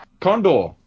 Condor